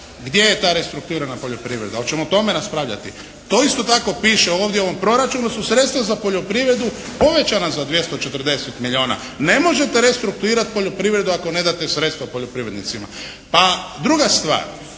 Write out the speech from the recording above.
gdje je ta restrukturirana poljoprivreda? Hoćemo o tome raspravljati? To isto tako piše ovdje u ovom Proračunu su sredstva za poljoprivredu povećana za 240 milijuna. Ne možete restrukturirati poljoprivredu ako ne date sredstva poljoprivrednicima.